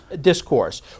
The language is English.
discourse